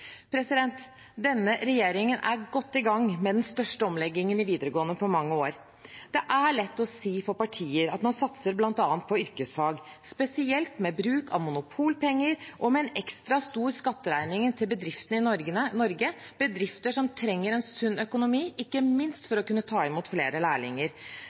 Denne regjeringen er godt i gang med den største omleggingen i videregående på mange år. Det er lett for partier å si at man satser på bl.a. yrkesfag, spesielt med bruk av monopolpenger og med en ekstra stor skatteregning til bedrifter i Norge, bedrifter som trenger en sunn økonomi, ikke minst for å kunne ta imot flere lærlinger.